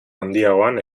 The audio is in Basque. handiagoan